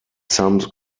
some